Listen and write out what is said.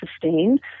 sustained